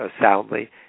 soundly